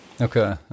Okay